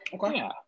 Okay